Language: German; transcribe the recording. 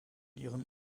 ihren